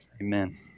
Amen